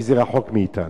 כי זה רחוק מאתנו.